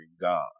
God